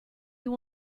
you